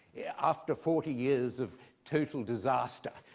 after forty years of total disaster,